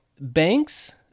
Banks